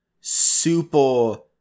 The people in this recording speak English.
super